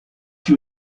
she